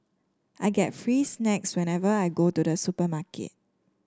I get free snacks whenever I go to the supermarket